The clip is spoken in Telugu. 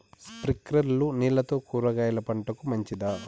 స్ప్రింక్లర్లు నీళ్లతో కూరగాయల పంటకు మంచిదా?